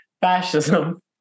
Fascism